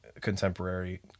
contemporary